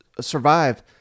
survive